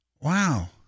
wow